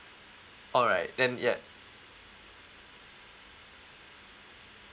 alright then ya